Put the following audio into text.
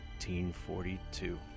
1942